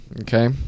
okay